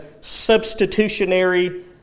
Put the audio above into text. substitutionary